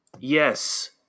Yes